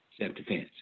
self-defense